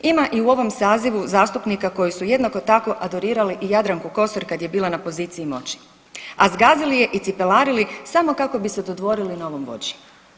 Ima i u ovom sazivu zastupnika koji su jednako adorirali i Jadranku Kosor kad je bila na poziciji moći, a zgazili je i cipelarili samo kao bi se dodvorili novom vođi.